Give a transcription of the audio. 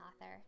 author